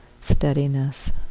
steadiness